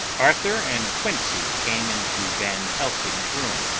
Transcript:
arthur and quincey came into van helsing's room